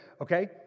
okay